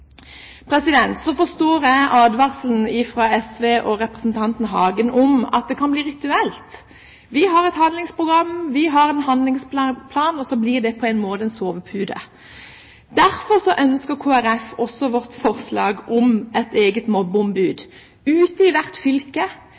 Så forstår jeg advarselen fra SV og representanten Hagen om at det kan bli «rituelt»: Vi har et handlingsprogram, vi har en handlingsplan, og så blir det på en måte en sovepute. Derfor ønsker Kristelig Folkeparti, som vi har forslag om, et eget mobbeombud ute i hvert fylke